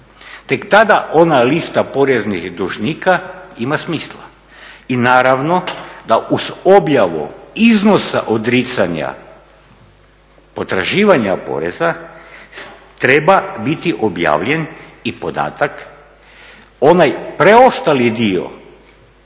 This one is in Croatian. tek tada ona lista poreznih dužnika ima smisla. I naravno da uz objavu iznosa odricanja potraživanja poreza treba biti objavljen i podatak onaj preostali dio